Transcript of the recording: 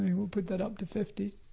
yeah we'll put that up to fifty.